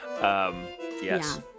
yes